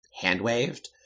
hand-waved